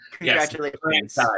congratulations